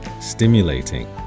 stimulating